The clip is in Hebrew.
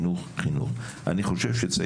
חינוך, חינוך, חינוך.